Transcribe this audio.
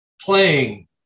playing